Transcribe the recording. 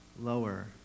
Lower